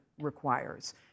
requires